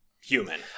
human